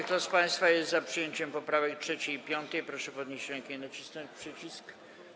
Kto z państwa jest za przyjęciem poprawek 3. i 5., proszę podnieść rękę i nacisnąć przycisk.